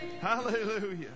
Hallelujah